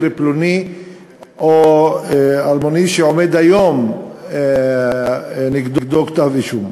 פלוני או אלמוני שעומד היום נגדו כתב אישום.